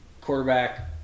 quarterback